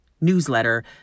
newsletter